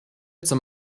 zum